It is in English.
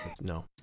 No